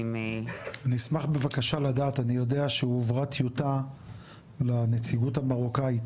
נשמח בבקשה לדעת אני יודע שהועברה טיוטה לנציגות המרוקאית